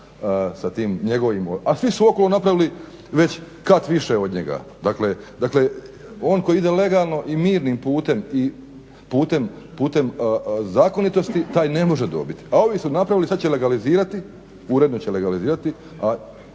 a svi su oko njega napravili već kat više od njega, dakle, dakle, on koji ide legalno i mirnim putem i putem zakonitosti, taj ne može dobiti a ovi su napravili, sad će legalizirati, uredno će legalizirati